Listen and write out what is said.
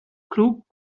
crook